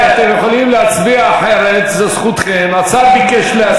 כבוד השר לא מקבל ייעוץ משפטי,